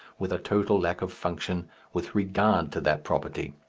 with a total lack of function with regard to that property.